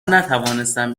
نتوانستم